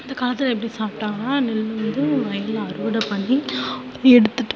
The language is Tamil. அந்த காலத்தில் எப்படி சாப்பிட்டாங்கன்னா நெல் வந்து வயல்ல அறுவடை பண்ணி எடுத்துட்டு